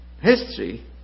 history